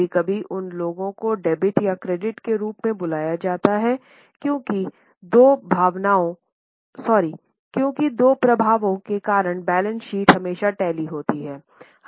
कभी कभी उन लोगों को डेबिट या क्रेडिट के रूप में बुलाया जाता है क्योंकि दो प्रभावों के कारण बैलेंस शीट हमेशा टैली होती है